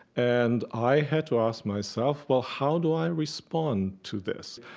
and i had to ask myself, well, how do i respond to this?